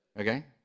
Okay